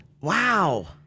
Wow